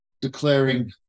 declaring